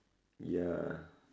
ya